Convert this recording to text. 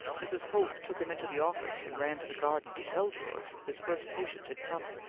mrs. holt took him into the office and ran to the garden to tell george his first patient had come.